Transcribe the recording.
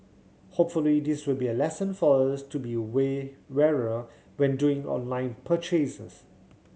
hopefully this will be a lesson for us to be way warier when doing online purchases